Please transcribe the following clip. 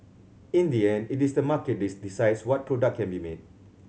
in the end it is the market this decides what product can be made